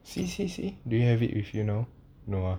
see see see do you have it with you now no ah